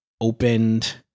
opened